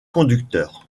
conducteur